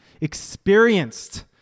experienced